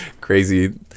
crazy